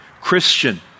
Christian